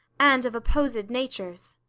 and of opposed natures.